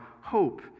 hope